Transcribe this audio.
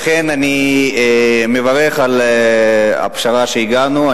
לכן, אני מברך על הפשרה שהגענו אליה.